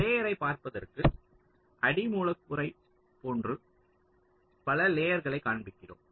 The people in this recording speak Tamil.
லேயரைப் பார்ப்பதற்கு அடி மூலக்கூறைப் போன்று பல லேயர்களை காண்பிக்கிறோம்